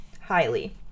highly